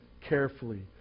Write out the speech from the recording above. carefully